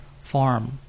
farm